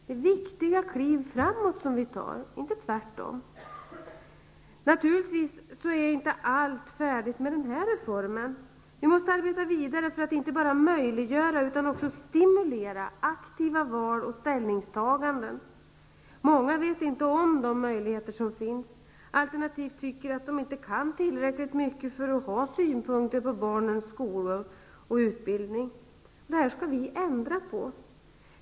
Det är viktiga kliv framåt som vi tar -- inte tvärtom. Naturligtvis är inte allt färdigt med den här reformen. Vi måste arbeta vidare för att inte bara möjliggöra utan också stimulera aktiva val och ställningstaganden. Många vet inte om de möjligheter som finns alternativt tycker att de inte kan tillräckligt mycket för att ha synpunkter på barnens skolor och utbildning. Det skall vi ändra på.